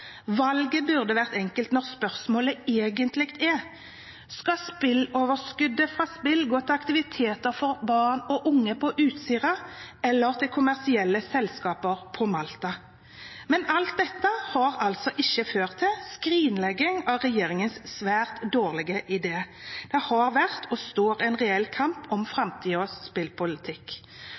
Valget burde være enkelt når spørsmålet egentlig er: Skal overskuddet fra spill gå til aktiviteter for barn og unge på Utsira eller til kommersielle selskaper på Malta? Men alt dette har ikke ført til skrinlegging av regjeringens svært dårlige idé. Det har vært og står en real kamp om